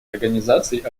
организации